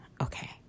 Okay